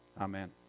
Amen